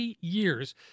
years